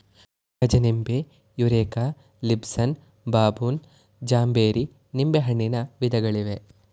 ಗಜನಿಂಬೆ, Eureka, Lisbon, ಬಬೂನ್, ಜಾಂಬೇರಿ ನಿಂಬೆಹಣ್ಣಿನ ವಿಧಗಳಿವೆ